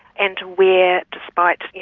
and where, despite, you